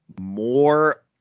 more